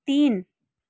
तिन